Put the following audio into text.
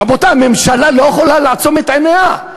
רבותי, הממשלה לא יכולה לעצום את עיניה.